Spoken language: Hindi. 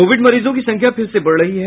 कोविड मरीजों की संख्या फिर से बढ़ रही है